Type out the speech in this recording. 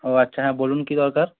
ও আচ্ছা হ্যাঁ বলুন কী দরকার